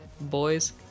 Boys